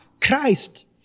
Christ